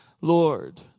Lord